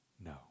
no